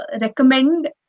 recommend